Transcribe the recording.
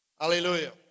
Hallelujah